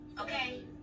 okay